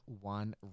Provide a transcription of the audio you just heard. one